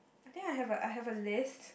I think I have a I have a list